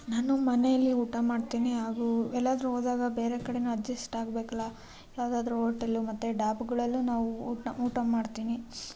ನಾನು ಮನೆಯಲ್ಲಿ ಊಟ ಮಾಡ್ತೀನಿ ಹಾಗು ಎಲ್ಲಾದರೂ ಹೋದಾಗ ಬೇರೆ ಕಡೆನೂ ಅಡ್ಜಸ್ಟ್ ಆಗ್ಬೇಕಲ್ಲ ಯಾವುದಾದ್ರೂ ಹೋಟೆಲ್ ಮತ್ತೆ ಡಾಬಾಗಳಲ್ಲೂ ನಾವು ಊಟ ಊಟ ಮಾಡ್ತೀನಿ